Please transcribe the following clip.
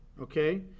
okay